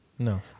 No